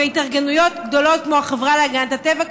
והתארגנויות גדולות כמו החברה להגנת הטבע,